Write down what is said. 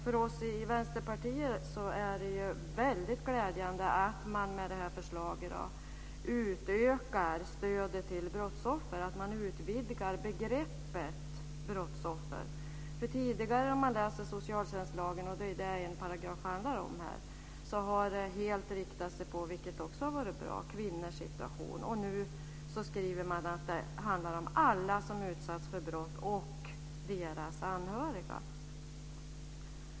För oss i Vänsterpartiet är det glädjande att man med det här förslaget utökar stödet till brottsoffer, att man utvidgar begreppet brottsoffer. Tidigare, om man läser socialtjänstlagen, har det helt inriktat sig på kvinnors situation, vilket också har varit bra. Nu skriver man att det handlar om alla som utsatts för brott och deras anhöriga.